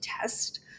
test